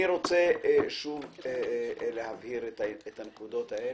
אני רוצה להבהיר את הנקודות האלה.